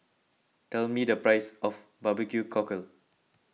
tell me the price of Barbecue Cockle